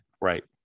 Right